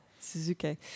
Suzuki